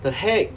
the heck